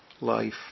life